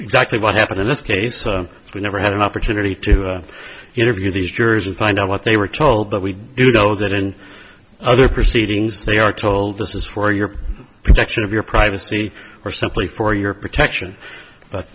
exactly what happened in this case we never had an opportunity to interview these jurors and find out what they were told that we do know that in other proceedings they are told this is for your protection of your privacy or simply for your protection but